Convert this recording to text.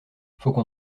qu’on